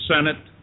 Senate